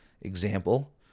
example